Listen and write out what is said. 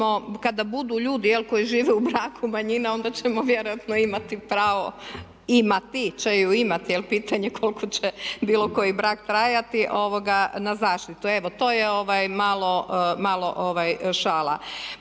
kada budu ljudi jel' koji žive u braku manjina onda ćemo vjerojatno imati pravo, imati, će imati, jer pitanje je koliko će bilo koji brak trajati, na zaštitu. Evo to je malo šala.